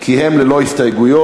כי הם ללא הסתייגויות,